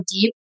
deep